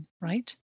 Right